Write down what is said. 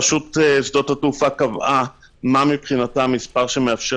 רשות שדות התעופה קבעה מה מבחינתה המספר שמאפשר